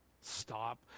Stop